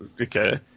okay